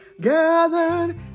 Gathered